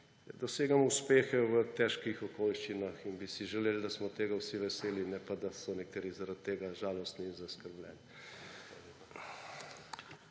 Dosegamo uspehe v težkih okoliščinah in bi si želeli, da smo tega vsi veseli, ne pa da so nekateri zaradi tega žalostni in zaskrbljeni.